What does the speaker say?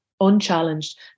unchallenged